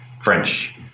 French